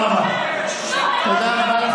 תודה רבה.